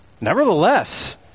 Nevertheless